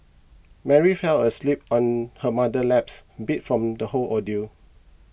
Mary fell asleep on her mother's laps beat from the whole ordeal